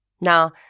Now